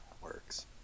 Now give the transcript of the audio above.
works